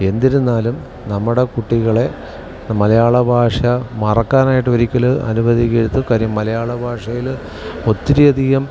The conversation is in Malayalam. എന്തിരുന്നാലും നമ്മുടെ കുട്ടികളെ മലയാള ഭാഷ മറക്കാനായിട്ട് ഒരിക്കലും അനുവദിക്കരുത് കാര്യം മലയാള ഭാഷയിൽ ഒത്തിരി അധികം